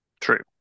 True